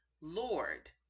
Lord